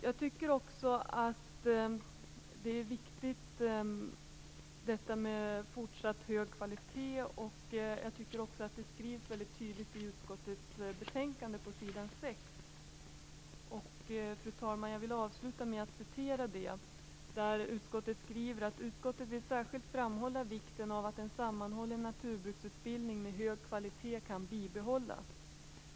Jag tycker också att det är viktigt med en fortsatt hög kvalitet, och detta skrivs också mycket tydligt i utskottsbetänkandet på s. 6: "Utskottet vill särskilt framhålla vikten av att en sammanhållen naturbruksutbildning med hög kvalitet kan bibehållas.